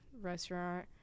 restaurant